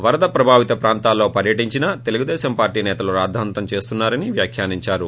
వరద ప్రభావిత ప్రాంతాల్లో పర్యటించినా తెలుగుదేశం పార్టీ నేతలు రాద్దాంతం చేస్తున్నారని వ్యాఖ్యానించారు